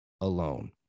alone